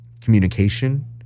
communication